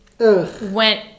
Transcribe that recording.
Went